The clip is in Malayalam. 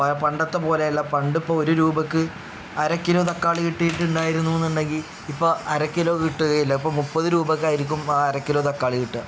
പ പണ്ടത്തെ പോലെയല്ല പണ്ട് ഇപ്പം ഒരു രൂപക്ക് അര കിലോ തക്കാളി കിട്ടിയിട്ടുണ്ടായിരുന്നു എങ്കിൽ ഇപ്പം അര കിലോ കിട്ടുകയില്ല ഇപ്പം മുപ്പത് രൂപയ്ക്ക് ആയിരിക്കും അര കിലോ തക്കാളി കിട്ടുക